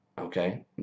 okay